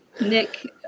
Nick